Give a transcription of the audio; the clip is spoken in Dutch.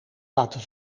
laten